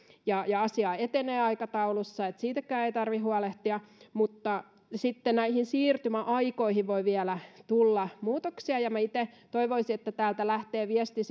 ja asia etenee aikataulussa niin että siitäkään ei tarvitse huolehtia mutta sitten näihin siirtymäaikoihin voi vielä tulla muutoksia minä itse toivoisin että täältä lähtee viesti